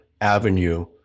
avenue